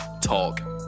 Talk